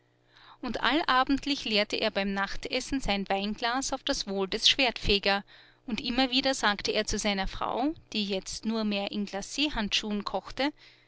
und allabendlich leerte er beim nachtessen sein weinglas auf das wohl des schwertfeger und immer wieder sagte er zu seiner frau die jetzt nur mehr in glachandschuhen kochte